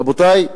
רבותי,